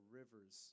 rivers